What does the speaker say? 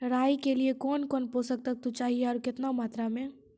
राई के लिए कौन कौन पोसक तत्व चाहिए आरु केतना मात्रा मे?